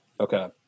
Okay